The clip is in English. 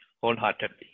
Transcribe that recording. wholeheartedly